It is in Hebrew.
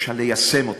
שאפשר ליישם אותן.